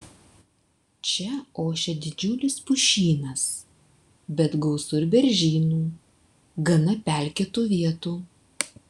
čia ošia didžiulis pušynas bet gausu ir beržynų gana pelkėtų vietų